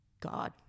God